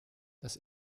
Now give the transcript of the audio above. das